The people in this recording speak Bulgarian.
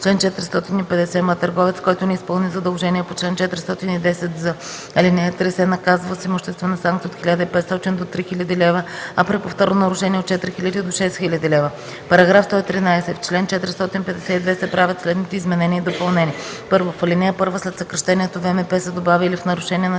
Чл. 450м. Търговец, който не изпълни задължение по чл. 410з, ал. 3, се наказва с имуществена санкция от 1500 до 3000 лв., а при повторно нарушение – от 4000 до 6000 лв.” § 113. В чл. 452 се правят следните изменения и допълнения: 1. В ал. 1 след съкращението „ВМП” се добавя „или в нарушение на